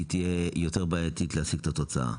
תהיה יותר בעייתית להשיג את התוצאה?